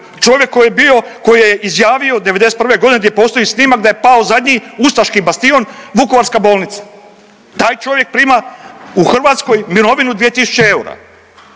bio, koji je izjavio '91.g. gdje postoji snimak da je pao zadnji ustaški bastion Vukovarska bolnica, taj čovjek prima u Hrvatskoj mirovinu 2 tisuće eura.